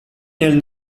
nel